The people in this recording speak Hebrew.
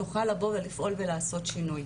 נוכל לבוא ולפעול ולעשות שינוי.